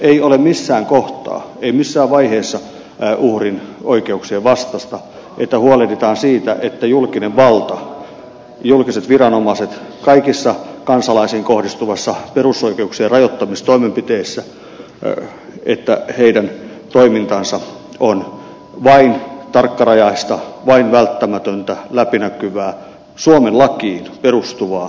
ei ole missään kohtaa ei missään vaiheessa uhrin oikeuksien vastaista että huolehditaan siitä että julkisen vallan julkisten viranomaisten toiminta kaikissa kansalaisiin kohdistuvissa perusoikeuksien rajoittamistoimenpiteissä on vain tarkkarajaista vain välttämätöntä läpinäkyvää suomen lakiin perustuvaa